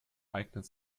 eignet